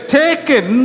taken